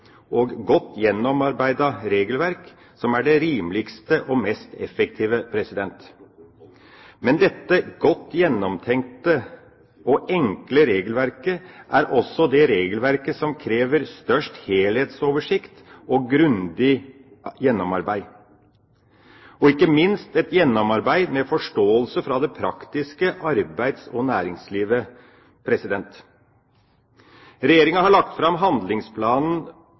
og godt gjennomarbeidede regelverk, som er det rimeligste og mest effektive. Men dette godt gjennomtenkte og enkle regelverket er også det regelverket som krever størst helhetsoversikt og grundig gjennomarbeid, ikke minst et gjennomarbeid med forståelse fra det praktiske arbeids- og næringsliv. Regjeringa har lagt fram handlingsplanen